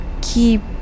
keep